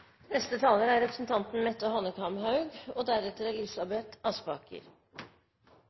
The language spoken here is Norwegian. neste taler representanten Dagrun Eriksen, og deretter